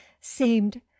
seemed